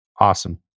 Awesome